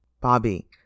Bobby